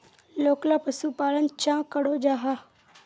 लोकला पशुपालन चाँ करो जाहा?